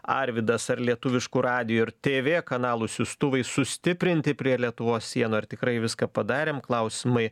arvydas ar lietuviškų radijų ir tv kanalų siųstuvai sustiprinti prie lietuvos sienų ar tikrai viską padarėm klausimai